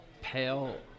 Pale